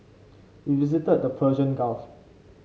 we visited the Persian Gulf